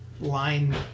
line